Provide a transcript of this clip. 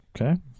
Okay